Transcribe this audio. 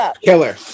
Killer